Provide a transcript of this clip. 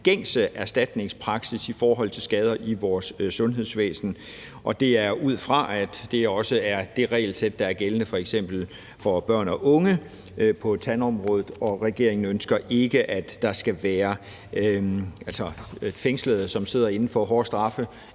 gængse erstatningspraksis i forhold til skader i vores sundhedsvæsen. Det er ud fra, at det også skal være det regelsæt, der er gældende på tandområdet for f.eks. børn og unge, og regeringen ønsker ikke, at der skal gøres forskel på fængslede, som sidder inde for hårde straffe,